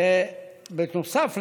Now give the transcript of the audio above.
בנוסף לכך,